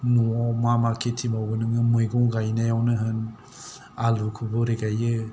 न'आव मा मा खेथि मावगोन नोङो मैगं गायनायावनो होन आलुखौ बोरै गायो